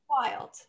Wild